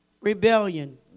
Rebellion